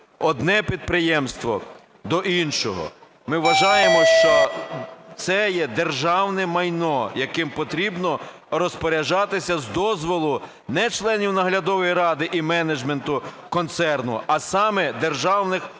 одне підприємство до іншого. Ми вважаємо, що це є державне майно, яким потрібно розпоряджатися з дозволу не членів наглядової ради і менеджменту концерну, а саме державних органів,